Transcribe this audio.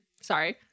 sorry